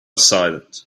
silent